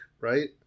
right